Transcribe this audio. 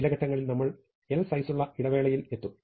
ചില ഘട്ടങ്ങളിൽ നമ്മൾ 1 സൈസുള്ള ഇടവേളയിൽ എത്തും